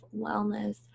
wellness